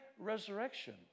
resurrection